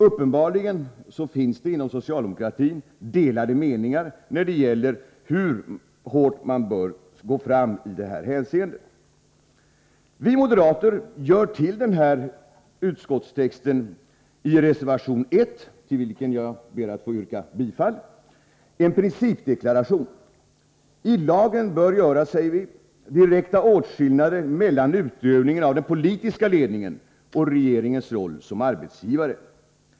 Uppenbarligen finns det inom socialdemokratin delade meningar när det gäller hur hårt man bör gå fram i detta hänseende. Vi moderater gör i reservation 1, till vilken jag ber att få yrka bifall, en principdeklaration beträffande denna utskottstext. I lagen bör, säger vi, göras direkta åtskillnader mellan utövningen av den politiska ledningen och regeringens roll såsom arbetsgivare.